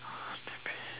who's the babe